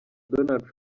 donald